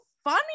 funny